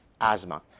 asthma